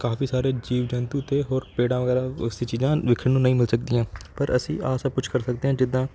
ਕਾਫ਼ੀ ਸਾਰੇ ਜੀਵ ਜੰਤੂ ਅਤੇ ਹੋਰ ਪੇੜਾਂ ਵਗੈਰਾ ਉਸ ਚੀਜ਼ਾਂ ਵੇਖਣ ਨੂੰ ਨਹੀਂ ਮਿਲ ਸਕਦੀਆਂ ਪਰ ਅਸੀਂ ਆਹ ਸਭ ਕੁਛ ਕਰ ਸਕਦੇ ਹਾਂ ਜਿੱਦਾਂ